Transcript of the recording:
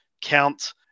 count